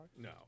No